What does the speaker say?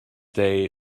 day